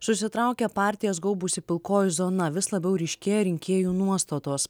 susitraukė partijas gaubusi pilkoji zona vis labiau ryškėja rinkėjų nuostatos